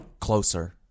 Closer